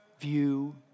view